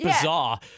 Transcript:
bizarre